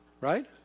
right